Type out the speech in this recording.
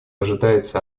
ожидается